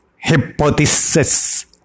hypothesis